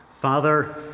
Father